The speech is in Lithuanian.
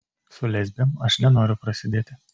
su lesbėm aš nenoriu prasidėti